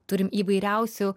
turim įvairiausių